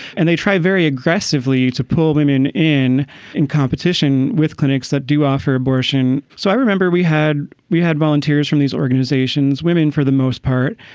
and they try very aggressively to pull women in in competition with clinics that do offer abortion. so i remember we had we had volunteers from these organizations, women for the most part,